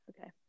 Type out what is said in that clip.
okay